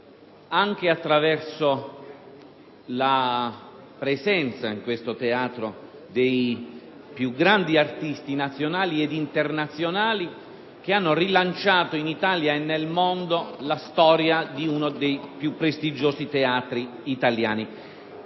anche attraverso la presenza in questo teatro dei più grandi artisti nazionali e internazionali, che hanno rilanciato in Italia e nel mondo la storia di uno dei più prestigiosi teatri italiani.